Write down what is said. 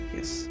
Yes